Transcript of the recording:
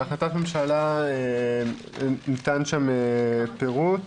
בהחלטת ממשלה ניתן שם פירוט,